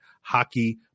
hockey